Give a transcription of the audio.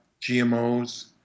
GMOs